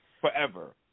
forever